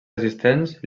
resistents